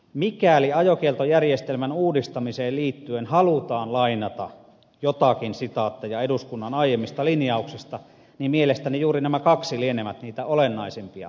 mikäli ajokieltojärjestelmän uudistamiseen liittyen halutaan lainata joitakin sitaatteja eduskunnan aiemmista linjauksista niin mielestäni juuri nämä kaksi lienevät niitä olennaisimpia mainittavia